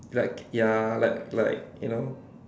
like ya like like you know